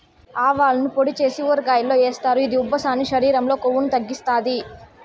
ఆవాలను పొడి చేసి ఊరగాయల్లో ఏస్తారు, ఇది ఉబ్బసాన్ని, శరీరం లో కొవ్వును తగ్గిత్తాది